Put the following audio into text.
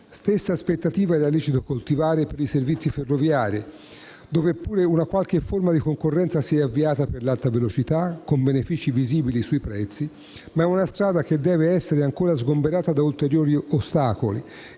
Stessa aspettativa era lecito coltivare per i servizi ferroviari, dove pure una qualche forma di concorrenza si è avviata per l'alta velocità, con benefici visibili sui prezzi; ma è una strada che deve essere ancora sgomberata da ulteriori ostacoli.